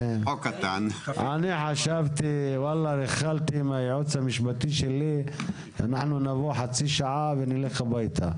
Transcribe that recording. אני חשבתי ביחד עם הייעוץ המשפטי שלי שנבוא חצי שעה ונלך הביתה.